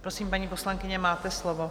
Prosím, paní poslankyně, máte slovo.